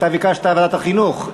אתה ביקשת ועדת החינוך.